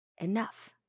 Enough